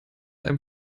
einem